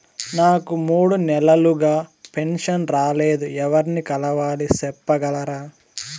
నాకు మూడు నెలలుగా పెన్షన్ రాలేదు ఎవర్ని కలవాలి సెప్పగలరా?